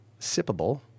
sippable